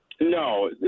No